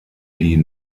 die